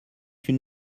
une